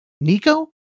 nico